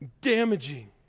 damaging